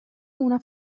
una